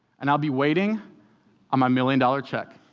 and i'll be waiting on my million-dollar check.